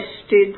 Tested